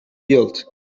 built